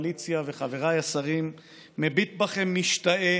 מהקואליציה וחבריי השרים, מביט בכם משתאה